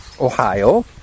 Ohio